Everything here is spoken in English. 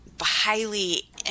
highly